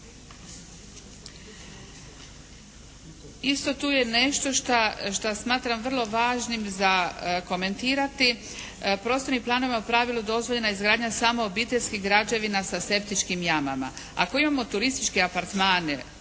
Isto tu je nešto šta, što smatram vrlo važnim za komentirati. Prostornim planovima u pravilu je dozvoljena izgradnja samo obiteljskih građevina sa septičkim jamama. Ako imamo turističke apartmane